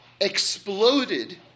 exploded